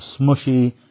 smushy